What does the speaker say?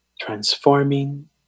transforming